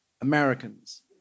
Americans